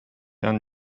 han